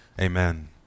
Amen